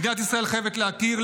מדינת ישראל חייבת להכיר,